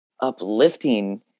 uplifting